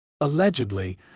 Allegedly